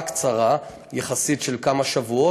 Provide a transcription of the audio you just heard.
שנייה, קצת תרבות.